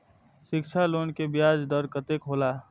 शिक्षा लोन के ब्याज दर कतेक हौला?